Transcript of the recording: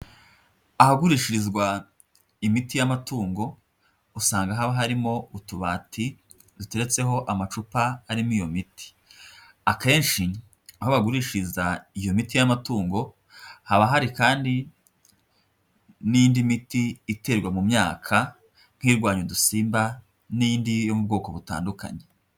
Ahagurishirizwa imiti y'amatungo, usanga haba harimo utubati duteretseho amacupa arimo iyo miti. Akenshi aho bagurishiriza iyo miti y'amatungo, haba hari kandi n'indi miti iterwa mu myaka nk'irwanya udusimba n'indi yo mu bwoko butandukanye.